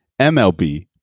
MLB